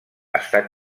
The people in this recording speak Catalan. està